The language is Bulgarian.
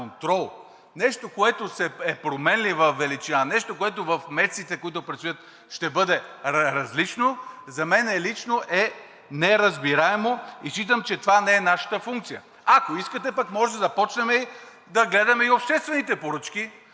нещо, което е променлива величина, нещо, което в месеците, които предстоят, ще бъде различно, за мен лично е неразбираемо и считам, че това не е нашата функция. Ако искате, пък може да започнем да гледаме и обществените поръчки,